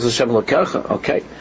okay